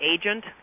agent